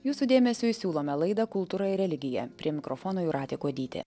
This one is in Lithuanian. jūsų dėmesiui siūlome laidą kultūra ir religija prie mikrofono jūratė kuodytė